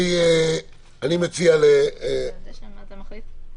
אני מציע להוריד את המילה "דשא".